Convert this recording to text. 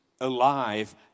alive